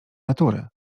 natury